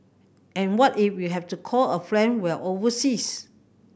and what if we have to call a friend while overseas